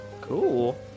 Cool